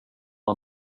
han